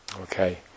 Okay